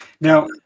Now